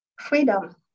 Freedom